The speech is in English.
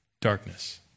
darkness